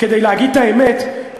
כדי להגיד את האמת,